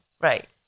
Right